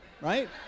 right